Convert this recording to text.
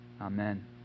Amen